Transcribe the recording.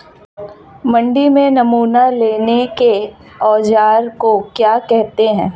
मंडी में नमूना लेने के औज़ार को क्या कहते हैं?